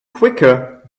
quicker